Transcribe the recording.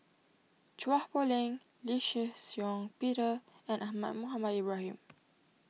Chua Poh Leng Lee Shih Shiong Peter and Ahmad Mohamed Ibrahim